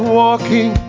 walking